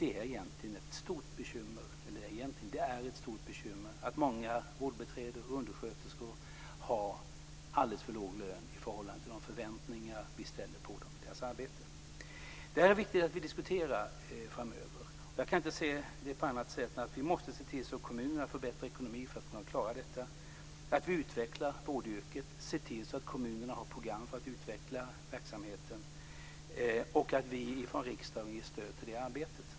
Det är ett stort bekymmer att många vårdbiträden och undersköterskor har alldeles för låg lön i förhållande till de förväntningar vi ställer på dem och deras arbete. Det här är det viktigt att vi diskuterar framöver. Jag kan inte se det på annat sätt än att vi måste se till att kommunerna får bättre ekonomi för att kunna klara detta, att vi utvecklar vårdyrket, att vi ser till att kommunerna har program för att utveckla verksamheten och att vi från riksdagen ger stöd till det arbetet.